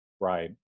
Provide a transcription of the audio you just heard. right